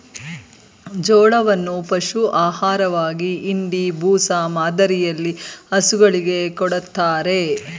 ಜೋಳವನ್ನು ಪಶು ಆಹಾರವಾಗಿ ಇಂಡಿ, ಬೂಸ ಮಾದರಿಯಲ್ಲಿ ಹಸುಗಳಿಗೆ ಕೊಡತ್ತರೆ